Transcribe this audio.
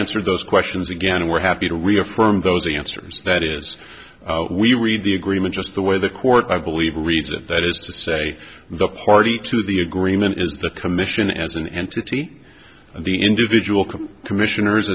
answer those questions again and we're happy to reaffirm those answers that is we read the agreement just the way the court i believe reads it that is to say the party to the agreement is the commission as an entity the individual can commissioners